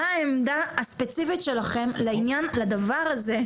מה העמדה הספציפית שלכם לדבר הזה,